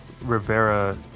Rivera